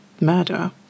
murder